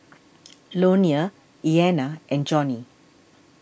Leonia Iyana and Johnie